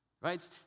Right